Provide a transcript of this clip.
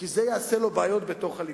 כי זה יעשה לו בעיות בתוך הליכוד.